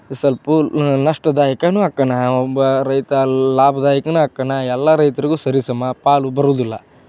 ಸಲ್ಪ ನಷ್ಟದಾಯಕವೂ ಆಕ್ಕಾನ ಒಬ್ಬ ರೈತ ಲಾಭದಾಯಕವೂ ಆಕ್ಕಾನ ಎಲ್ಲ ರೈತ್ರಿಗೂ ಸರಿ ಸಮ ಪಾಲು ಬರುದಿಲ್ಲ